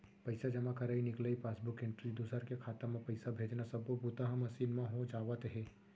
पइसा जमा करई, निकलई, पासबूक एंटरी, दूसर के खाता म पइसा भेजना सब्बो बूता ह मसीन म हो जावत हे